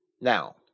Now